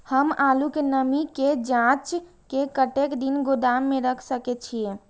हम आलू के नमी के जाँच के कतेक दिन गोदाम में रख सके छीए?